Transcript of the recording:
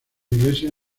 iglesia